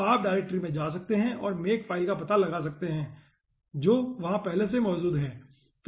तो आप डायरेक्टरी में जा सकते हैं और makefile का पता लगा सकते हैं जो वहां पहले से मौजूद है